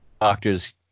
doctors